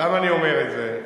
למה אני אומר את זה?